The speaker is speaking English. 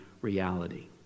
reality